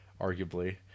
arguably